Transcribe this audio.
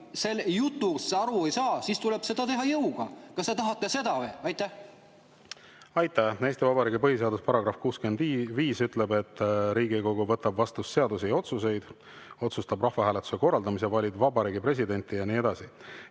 nõuga sellest jutust aru ei saa, siis tuleb seda teha jõuga. Kas te tahate seda või? Aitäh! Eesti Vabariigi põhiseaduse § 65 ütleb, et Riigikogu võtab vastu seadusi ja otsuseid, otsustab rahvahääletuse korraldamise, valib Vabariigi Presidenti ja nii edasi.